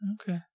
Okay